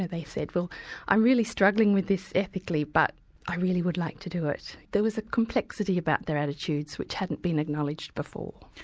they said, well i'm really struggling with this ethically, but i really would like to do it. there was a complexity about their attitudes which hadn't been acknowledged before.